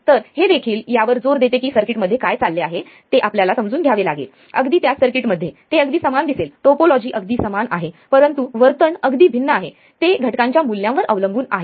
तर हे देखील यावर जोर देते की सर्किटमध्ये काय चालले आहे ते आपल्याला समजून घ्यावे लागेल अगदी त्याच सर्किटमध्ये ते अगदी समान दिसेल टोपोलॉजी अगदी समान आहे परंतु वर्तन अगदी भिन्न आहे ते घटकांच्या मूल्यांवर अवलंबून आहे